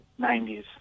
90s